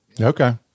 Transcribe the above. Okay